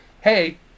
hey